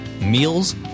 meals